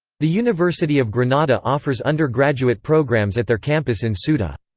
the university of granada offers undergraduate programs at their campus in ceuta.